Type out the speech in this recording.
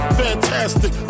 fantastic